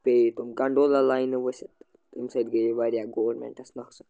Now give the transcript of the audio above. پیٚیہِ تِم کَنٛڈولا لاینہٕ ؤسِتھ تَمہِ سۭتۍ گٔیے واریاہ گورمینٹَس نۄقصان